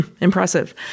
Impressive